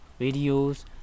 videos